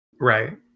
Right